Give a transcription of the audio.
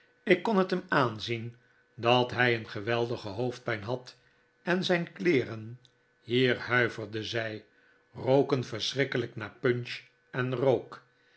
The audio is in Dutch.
ik kon het hem aanzien dat hij een geweldige hoofdpijn had en zijn kleeren hier huiverde zij rr roken verschrikkelijk naar punch en rook